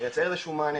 לייצר איזשהו מענה,